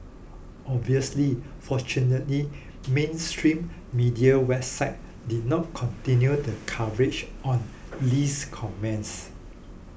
obviously fortunately mainstream media websites did not continue the coverage on Lee's comments